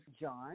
John